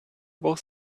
both